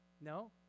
No